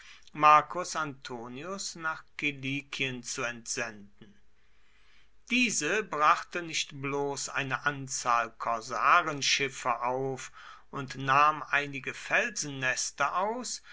marcus antonius nach kilikien zu entsenden diese brachte nicht bloß eine anzahl korsarenschiffe auf und nahm einige felsennester aus